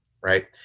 right